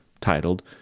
titled